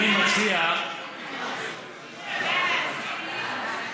אני מציע, מישהו יודע להסביר לי?